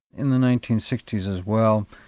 in the nineteen sixty s as well,